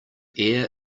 err